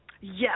Yes